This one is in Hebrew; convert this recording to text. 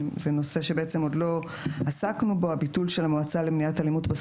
ונושא שבעצם עוד לא עסקנו בו הביטול של המועצה למניעת אלימות בספורט.